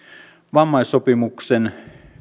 vammaissopimuksen